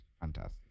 Fantastic